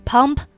Pump